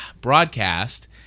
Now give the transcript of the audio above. broadcast